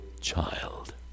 child